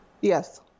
Yes